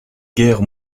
guerres